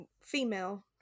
female